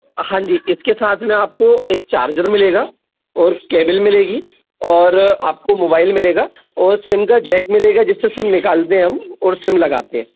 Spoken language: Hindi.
हाँ जी इसके साथ में आपको एक चार्जर मिलेगा और केबिल मिलेगी और आपको मोबाइल मिलेगा और सिम का जैक मिलेगा जिससे सिम निकालते है हम और सिम लगाते हैं